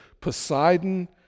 Poseidon